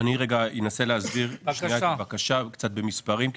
אני רגע אנסה להסביר את הבקשה קצת במספרים,